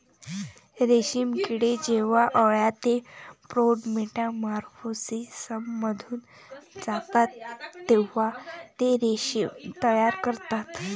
रेशीम किडे जेव्हा अळ्या ते प्रौढ मेटामॉर्फोसिसमधून जातात तेव्हा ते रेशीम तयार करतात